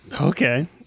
Okay